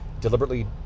deliberately